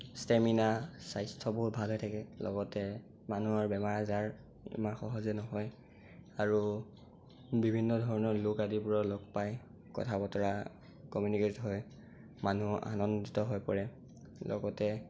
stamina স্বাস্থ্য বহুত ভাল হৈ থাকে লগতে মানুহৰ বেমাৰ আজাৰ ইমান সহজে নহয় আৰু বিভিন্ন ধৰণৰ লোক আদিবোৰক লগ পায় কথা বতৰা কমিউনিকেট হয় মানুহ আনন্দিত হৈ পৰে লগতে